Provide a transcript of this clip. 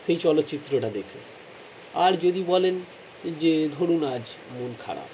সেই চলচ্চিত্রটা দেখে আর যদি বলেন যে ধরুন আজ মন খারাপ